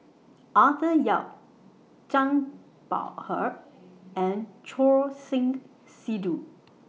Arthur Yap Zhang Bohe and Choor Singh Sidhu